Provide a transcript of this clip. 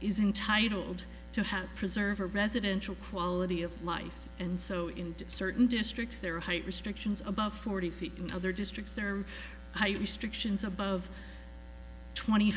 is entitled to have preserved a residential quality of life and so in certain districts there are height restrictions above forty feet in other districts there are restrictions above twenty